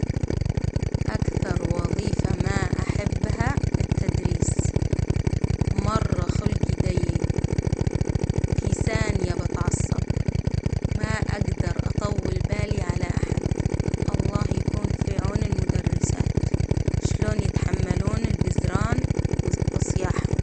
أكثر وظيفة ما أحبها التدريس، مرة خلجي دييق في ثانية بتعصب، ما أقدر أطول بالي على أحد، الله يكون في عون المدرسات، شلون يتحملون البزران وصياحهم.